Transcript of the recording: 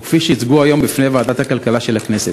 כפי שהוצגו היום בפני ועדת הכלכלה של הכנסת: